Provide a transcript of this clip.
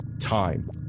time